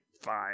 fine